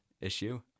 issue